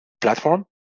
platform